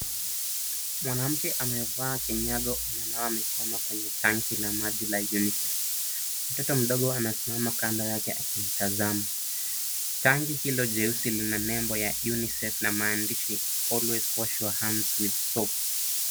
Mwanamke amevaa kinyago ananawa mikono kwenye tanki la maji la UNICEF, mtoto mdogo anasimama kando yake akimtazama, tanki hilo jeusi lina nembo ya UNICEF na maandishi always wash your hands with soap .